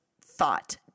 thought